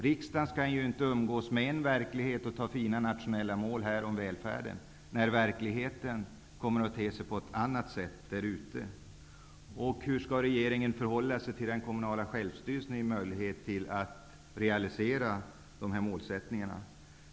Riksdagen skall inte um gås med en verklighet och besluta om fina natio nella mål för välfärden när verkligheten kommer att te sig annorlunda. Hur skall regeringen för hålla sig till den kommunala självstyrelsen och ge möjligheter att realisera de nationella målen?